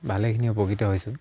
ভালেখিনি উপকৃত হৈছোঁ